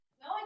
No